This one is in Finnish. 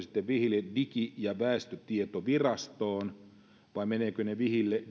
sitten vihille digi ja väestötietovirastoon vai menevätkö he vihille